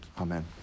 Amen